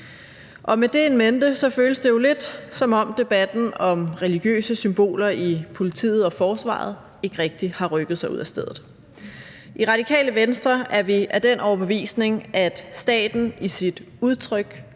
Og med det in mente føles det jo lidt, som om debatten om religiøse symboler i politiet og forsvaret ikke rigtig har rykket sig ud af stedet. I Radikale Venstre er vi af den overbevisning, at staten i sit udtryk